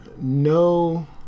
no